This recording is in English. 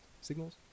signals